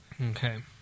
Okay